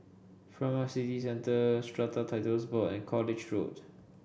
Furama City Centre Strata Titles Board and College Road